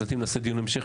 שלדעתי אם נעשה דיון המשך,